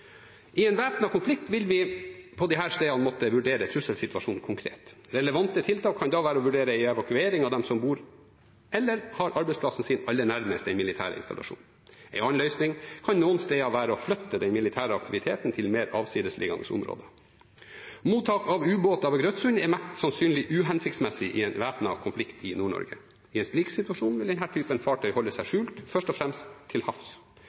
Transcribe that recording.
I en væpnet konflikt vil vi på disse stedene måtte vurdere trusselsituasjonen konkret. Relevante tiltak kan da være å vurdere en evakuering av dem som bor eller har arbeidsplassen sin aller nærmest en militær installasjon. En annen løsning kan noen steder være å flytte den militære aktiviteten til et mer avsidesliggende område. Mottak av ubåter ved Grøtsund er mest sannsynlig uhensiktsmessig i en væpnet konflikt i Nord-Norge. I en slik situasjon vil denne typen fartøy holde seg skjult, først og fremst til havs.